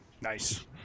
Nice